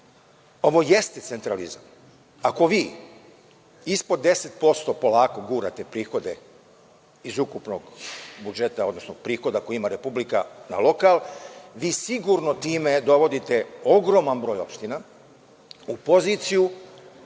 ovo jeste centralizovanje. Ako vi ispod 10% polako gurate prihode iz ukupnog budžeta, odnosno prihoda koji ima Republika na lokal, vi sigurno time dovodite ogroman broj opština u poziciju